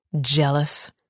Jealous